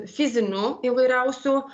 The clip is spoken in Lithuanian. fizinių įvairiausių